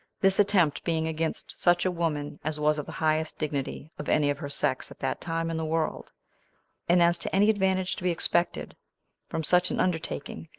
this attempt being against such a woman as was of the highest dignity of any of her sex at that time in the world and as to any advantage to be expected from such an undertaking,